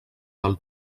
del